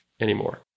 anymore